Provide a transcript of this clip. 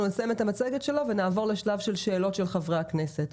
אנחנו נסיים את המצגת שלו ונעבור לשלב של השאלות של חברי הכנסת,